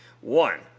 One